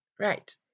Right